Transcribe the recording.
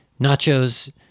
nachos